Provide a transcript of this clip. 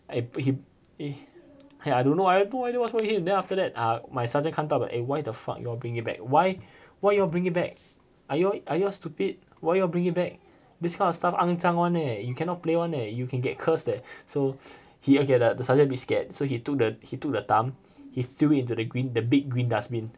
I he he I don't know I have no idea what's wrong with him then after that ah my sergeant come talk about eh why the fuck you all bring it back why why you all bring it back are you all are you all stupid why you all bring it back this kind of stuff 肮脏 one eh you cannot play one eh you can get cursed eh so he okay the the sergeant a bit scared so he took the he took the thumb he threw it into the green the big green dustbin